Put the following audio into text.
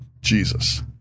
Jesus